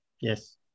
Yes